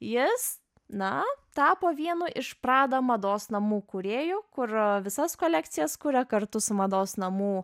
jis na tapo vienu iš prada mados namų kūrėjų kur visas kolekcijas kūrė kartu su mados namų